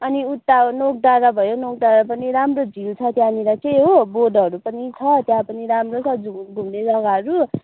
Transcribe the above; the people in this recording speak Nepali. अनि उता नोक डाँडा भयो नोक डाँडामा पनि राम्रो झिल छ त्यहाँनिर चाहिँ हो बोटहरू पनि छ त्यहाँ पनि राम्रो छ घुम्ने जग्गाहरू